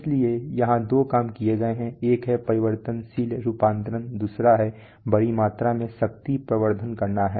इसलिए यहां दो काम किए गए हैं एक है परिवर्तनशील रूपांतरण दूसरा है बड़ी मात्रा में पावर एम्प्लीफिकेशन न करना है